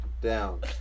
down